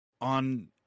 On